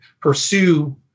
pursue